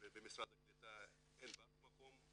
במשרד הקליטה אין באף מקום.